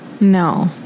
No